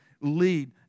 lead